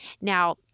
Now